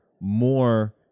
more